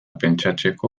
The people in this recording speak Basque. pentsatzeko